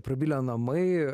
prabilę namai